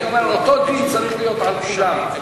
אני אומר: אותו דין צריך לחול על כולם,